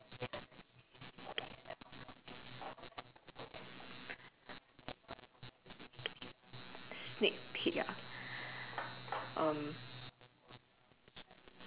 sneak peek ah um